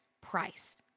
price